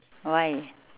why